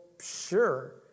sure